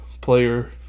player